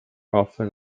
often